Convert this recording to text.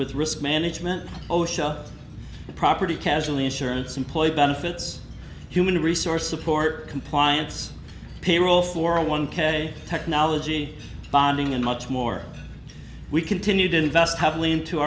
with risk management osha property casualty insurance employee benefits human resource report compliance payroll for one k technology bonding and much more we continue to invest heavily into